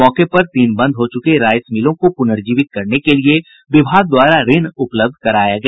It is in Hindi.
मौके पर तीन बंद हो चुके राइस मिलों को पुनर्जीवित करने के लिए विभाग द्वारा ऋण उपलब्ध कराया गया